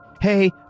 hey